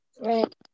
Right